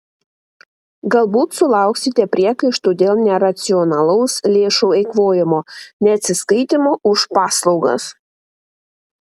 galbūt sulauksite priekaištų dėl neracionalaus lėšų eikvojimo neatsiskaitymo už paslaugas